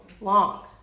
long